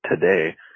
today